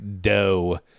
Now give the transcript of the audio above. dough